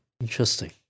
Interesting